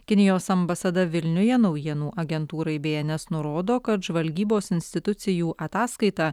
kinijos ambasada vilniuje naujienų agentūrai bns nurodo kad žvalgybos institucijų ataskaita